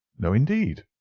no, indeed.